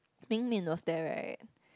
Mingmin was there right